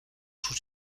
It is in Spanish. sus